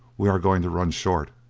we are going to run short,